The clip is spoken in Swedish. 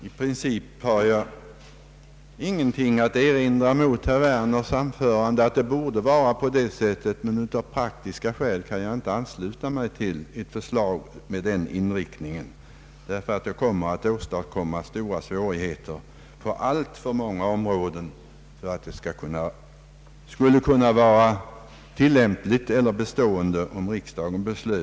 I princip har jag ingenting att erinra mot herr Werners åsikt att det borde vara så som han vill ha det, men av praktiska skäl kan jag inte ansluta mig till ett förslag med den inriktningen, därför att det skulle åstadkomma stora svårigheter på alltför många områden, för att det skulle kunna vara tillämpligt eller bestående.